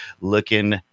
looking